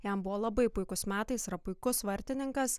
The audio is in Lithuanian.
jam buvo labai puikus metai jis yra puikus vartininkas